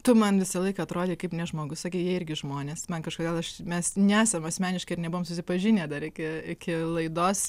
tu man visą laiką atrodei kaip nežmogus sakei jie irgi žmonės man kažkodėl aš mes nesam asmeniškai ir nebuvom susipažinę dar iki laidos